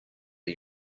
are